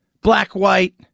black-white